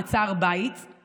שנמצאת שם במעצר בית.